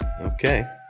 okay